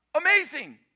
amazing